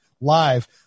live